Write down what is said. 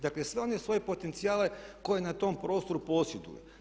Dakle, sve one svoje potencijale koje na tom prostoru posjeduju.